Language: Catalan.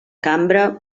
cambra